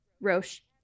Roche